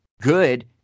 good